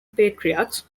patriarchs